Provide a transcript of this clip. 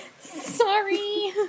Sorry